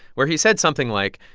where he said something like,